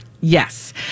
Yes